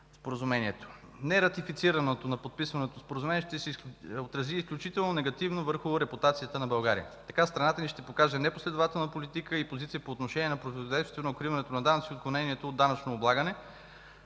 Нератифицирането на подписаното Споразумение ще се отрази изключително негативно върху репутацията на България. Така страната ни ще покаже непоследователна политика и позиция по отношение на противодействието на укриването на данъци и отклонението от данъчно облагане.